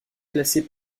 classée